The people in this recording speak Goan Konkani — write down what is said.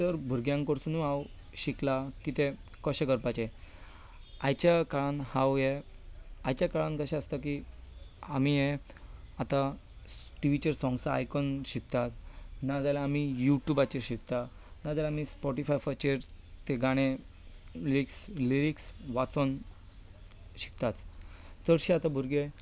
एक तर भुरग्यां कडल्यान हांव शिकलां की तें कशें करपाचें आयच्या काळांत हांव हें आयच्या काळांत कशें आसता की आमी हें आतां टी वीचेर सोंग्सा आयकून शिकतात ना जाल्यार आमी यूट्यूबाचेर शिकतात ना जाल्यार आमी स्पोटिफायफाचेर तें गाणें लिरिक्स वाचून शिकतात चडशे आतां भुरगे